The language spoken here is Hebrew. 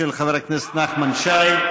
של חבר הכנסת נחמן שי,